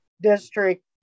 district